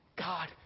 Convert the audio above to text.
God